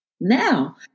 Now